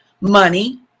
Money